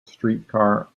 streetcar